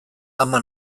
ama